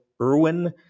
Irwin